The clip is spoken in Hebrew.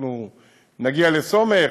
אנחנו נגיע לסומך,